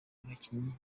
abakinnyi